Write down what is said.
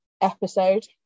episode